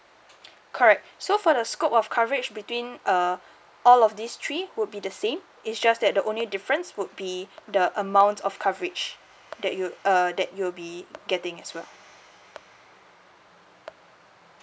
correct so for the scope of coverage between uh all of these three would be the same it's just that the only difference would be the amount of coverage that you uh that you'll be getting as well